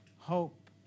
hope